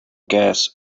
gas